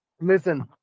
listen